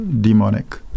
demonic